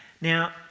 Now